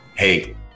Hey